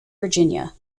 virginia